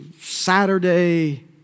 Saturday